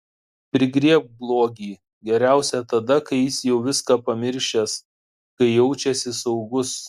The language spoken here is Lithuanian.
prigriebk blogį geriausia tada kai jis jau viską pamiršęs kai jaučiasi saugus